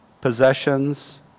possessions